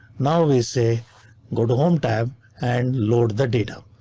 now we say go to home tab and load the data.